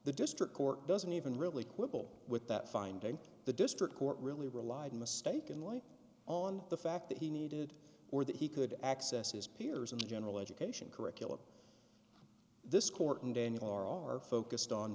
the district court doesn't even really quibble with that finding the district court really relied mistakenly on the fact that he needed or that he could access his peers in the general education curriculum this court and daniel are focused on